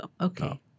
Okay